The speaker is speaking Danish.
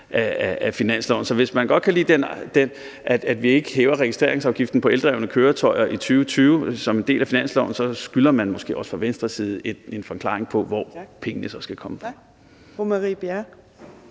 fra Venstres side godt kan lide, at vi ikke hæver registreringsafgiften på eldrevne køretøjer i 2020 som en del af finansloven, så skylder man måske også en forklaring på, hvor pengene så skal komme fra.